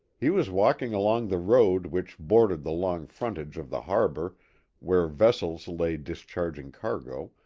he was walking along the road which bordered the long frontage of the harbor where vessels lay discharging cargo,